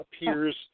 appears